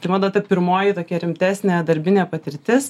tai mano ta pirmoji tokia rimtesnė darbinė patirtis